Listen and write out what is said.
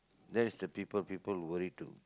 that is the people people worry too